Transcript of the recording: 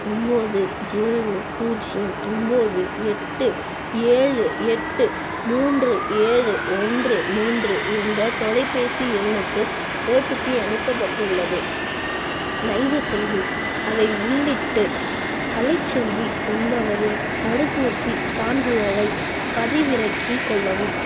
ஒம்போது ஏழு பூஜ்ஜியம் ஒம்போது எட்டு ஏழு எட்டு மூன்று ஏழு ஒன்று மூன்று என்ற தொலைப்பேசி எண்ணுக்கு ஓடிபி அனுப்பப்பட்டுள்ளது தயவுசெய்து அதை உள்ளிட்டு கலைச்செல்வி என்பவரின் தடுப்பூசிச் சான்றிதழை பதிவிறக்கிக் கொள்ளவும்